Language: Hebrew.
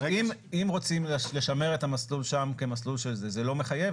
אם רוצים לשמר את המסלול שם כמסלול --- זה לא מחייב,